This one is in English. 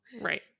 Right